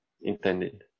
intended